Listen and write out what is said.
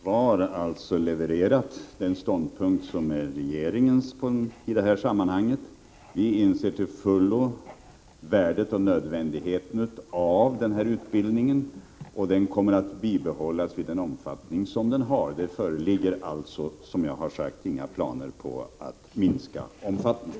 Herr talman! Jag har redan i mitt svar meddelat den ståndpunkt som är regeringens. Vi inser till fullo värdet och nödvändigheten av denna utbildning, och den kommer att bibehållas i nuvarande omfattning. Det föreligger alltså, som jag har sagt, inga planer på att minska omfattningen.